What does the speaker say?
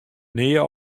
nea